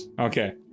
Okay